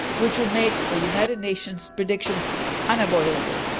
which will make the united nations predictions unavoidable.